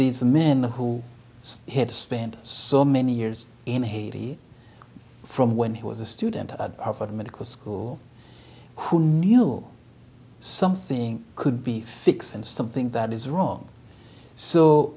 these men who had spent so many years in haiti from when he was a student at harvard medical school who knew something could be fixed and something that is wrong so